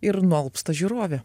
ir nualpsta žiūrovė